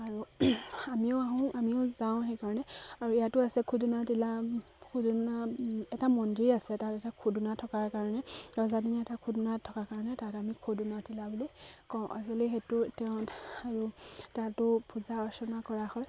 আৰু আমিও আহোঁ আমিও যাওঁ সেইকাৰণে আৰু ইয়াতো আছে খুদুনা তিলা খুদনা এটা মন্দিৰ আছে তাত এটা খুদনা থকাৰ কাৰণে ৰজাদিনীয়া এটা খুদনা থকাৰ কাৰণে তাত আমি খুদুনা তিলা বুলি কওঁ আচলতে সেইটো তেওঁ আৰু তাতো পূজা অৰ্চনা কৰা হয়